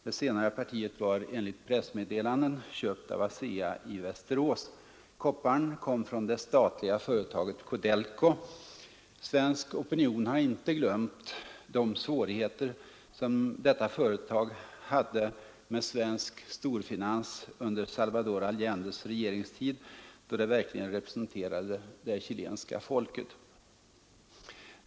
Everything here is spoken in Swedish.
Det senare partiet var enligt pressmeddelanden köpt av ASEA i Västerås. Kopparn kom från det statliga företaget CODELCO. Svensk opinion har inte glömt de svårigheter detta företag hade med svensk storfinans under Salvador Allendes regeringstid, då det verkligen representerade det chilenska folket.